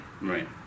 Right